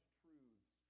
truths